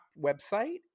website